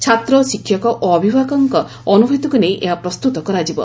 ଛାତ୍ର ଶିକ୍ଷକ ଓ ଅଭିଭାବକଙ୍କ ଅନୁଭୂତିକୁ ନେଇ ଏହା ପ୍ରସ୍ତୁତ କରାଯିବ